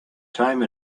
time